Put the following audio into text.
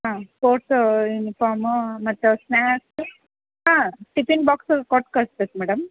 ಹಾಂ sports uniform ಮತ್ತು snacks ಹಾಂ ಟಿಫಿನ್ ಬಾಕ್ಸ್ ಕೊಟ್ಟು ಕಳಿಸ್ಬೇಕು ಮೇಡಮ್